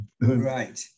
Right